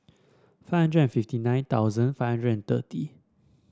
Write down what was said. five hundred and fifty nine thousand five hundred and thirty